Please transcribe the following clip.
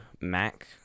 Mac